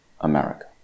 America